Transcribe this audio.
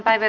asia